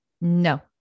No